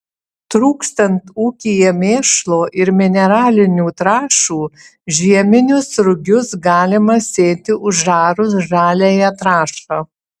trūkstant ūkyje mėšlo ir mineralinių trąšų žieminius rugius galima sėti užarus žaliąją trąšą